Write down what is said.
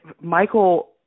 Michael